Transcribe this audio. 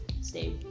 stay